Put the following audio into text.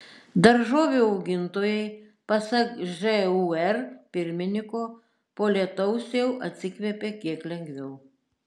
daržovių augintojai pasak žūr pirmininko po lietaus jau atsikvėpė kiek lengviau